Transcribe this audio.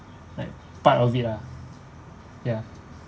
like part of it ah ya